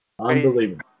Unbelievable